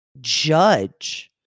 judge